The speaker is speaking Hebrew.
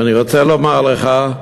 ואני רוצה לומר לך,